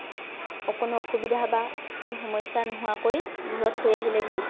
অকণো অসুবিধা বা কোনো সমস্যা নোহোৱাকৈ ঘৰত থৈ আহিলেগৈ